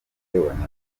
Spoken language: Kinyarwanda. nyamirambo